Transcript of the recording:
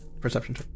Perception